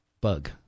bug